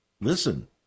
listen